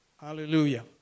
Hallelujah